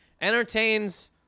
entertains